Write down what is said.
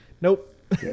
Nope